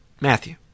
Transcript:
Matthew